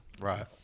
Right